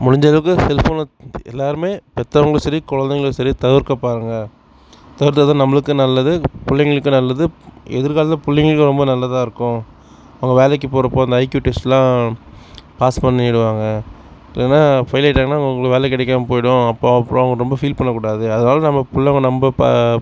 முடிஞ்சளவுக்கு செல்ஃபோனை எல்லோருமே பெற்றவங்களும் சரி குழந்தைங்களும் சரி தவிர்க்க பாருங்கள் தவிர்த்தால் தான் நம்மளுக்கு நல்லது பிள்ளைங்களுக்கும் நல்லது எதிர் காலத்தில் பிள்ளைங்களுக்கு ரொம்ப நல்லதாக இருக்கும் அவங்கள் வேலைக்கு போகிறப்போ அந்த ஐக்யூ டெஸ்ட்லாம் பாஸ் பண்ணிடுவாங்க இல்லைனா ஃபெயில் ஆகிட்டாங்கன்னா உங்களுக்கு வேலை கிடைக்காம போய்டும் அப்போது அப்புறம் அவங்கள் ரொம்ப ஃபீல் பண்ண கூடாது அதனால் நம்ம புள்ளங்க நம்ம இப்போ